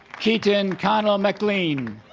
keaton connell maclean